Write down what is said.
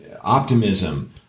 optimism